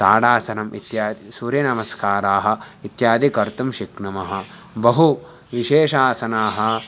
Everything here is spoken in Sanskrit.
ताडासनम् इत्यादि सूर्यनमस्काराः इत्यादि कर्तुं शक्नुमः बहु विशेषासनाः